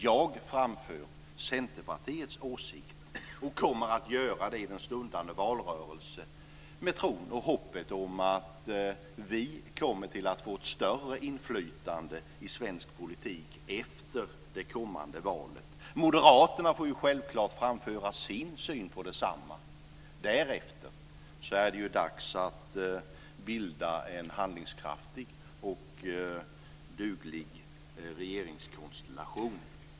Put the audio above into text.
Jag framför Centerpartiets åsikt och kommer att göra det i den stundande valrörelsen med tron och hoppet om att vi kommer att få ett större inflytande i svensk politik efter det kommande valet. Moderaterna får självklart framföra sin syn på detsamma. Därefter är det dags att bilda en handlingskraftig och duglig regeringskonstellation.